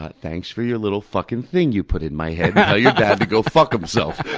but thanks for your little fucking thing you put in my head. tell your dad to go fuck himself,